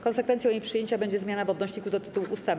Konsekwencją jej przyjęcia będzie zmiana w odnośniku do tytułu ustawy.